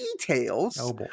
details